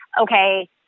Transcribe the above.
okay